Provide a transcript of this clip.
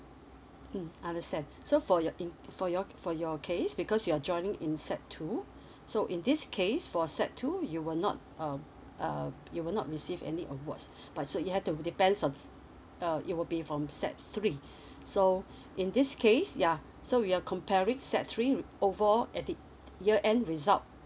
mm understand so for your in for your for your case because you're joining in sec two so in this case for sec two you will not um um you will not receive any awards but so you have to be depends on uh it will be from sec three so in this case yeah so we are comparing sec three overall at it year end result